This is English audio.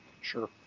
Sure